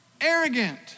arrogant